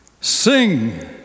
Sing